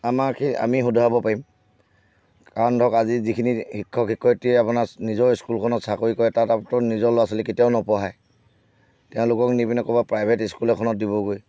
আমাৰ সেই আমি শুধৰাব পাৰিম কাৰণ ধৰক আজি যিখিনি শিক্ষক শিক্ষয়ত্ৰীয়ে আপোনাৰ নিজৰ স্কুলখনত চাকৰি কৰে তাততো নিজৰ ল'ৰা ছোৱালী কেতিয়াও নপঢ়ায় তেওঁলোকক নি পিনে ক'ৰবাৰ প্ৰাইভেট স্কুল এখনত দিবগৈ